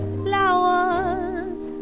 flowers